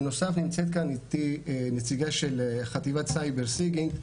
בנוסף נמצאת כאן איתי נציגה של חטיבת הסייבר-סיגינט,